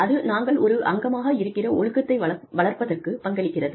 அது நாங்கள் ஒரு அங்கமாக இருக்கிற ஒழுக்கத்தை வளர்ப்பதற்குப் பங்களிக்கிறது